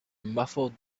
muffled